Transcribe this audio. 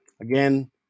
Again